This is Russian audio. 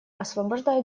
освобождают